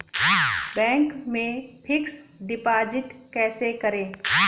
Bank में fix deposit कैसे करें?